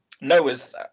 Noah's